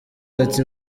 ati